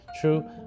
true